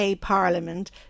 Parliament